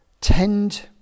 tend